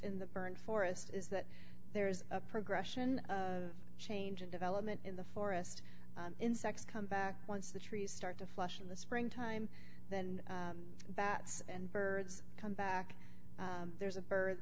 in the burn forest is that there is a progression of change and development in the forest insects come back once the trees start to flush in the springtime then that and birds come back there's a bird